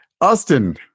Austin